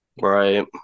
Right